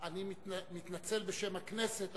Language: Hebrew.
אני מתנצל בשם הכנסת,